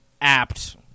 apt